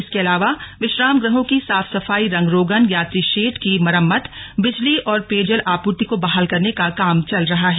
इसके अलावा विश्राम गृहों की साफ सफाई रंग रोगन यात्री शेड की मरम्मत बिजली और पेयजल आपूर्ति को बहाल करने का काम चल रहा है